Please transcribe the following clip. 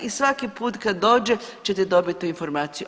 I svaki put kad dođe ćete dobiti tu informaciju.